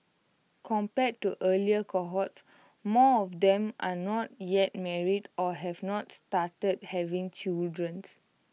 compared to earlier cohorts more of them are not yet married or have not started having children's